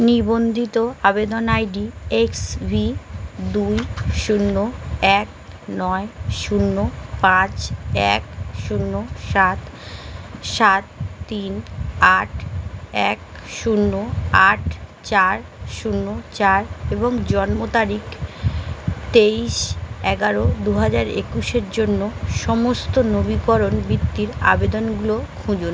নিবন্ধিত আবেদন ID X V দুই শূন্য এক নয় শূন্য পাঁচ এক শূন্য সাত সাত তিন আট এক শূন্য আট চার শূন্য চার এবং জন্ম তারিখ তেইশ এগারো দু হাজার একুশের জন্য সমস্ত নবীকরণ বৃত্তির আবেদনগুলো খুঁজুন